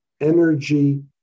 energy